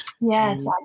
Yes